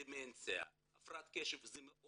דמנציה, הפרעת קשב, מאוד